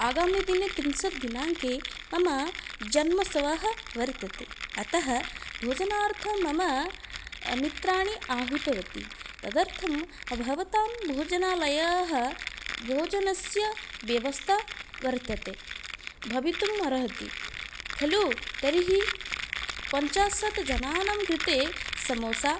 आगामिदिने त्रिंशत् दिनाङ्के मम जन्मत्सवः वर्तते अतः भोजनार्थं मम मित्राणि आहूतवती तदर्थं भवतां भोजनालयः भोजनस्य व्यवस्था वर्तते भवितुम् अर्हति खलु तर्हि पञ्चासत् जनानां कृते समोसा